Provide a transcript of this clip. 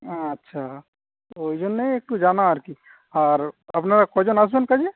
আচ্ছা ওইজন্যই একটু জানা আরকি আর আপনারা কজন আসবেন কাজে